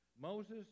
Moses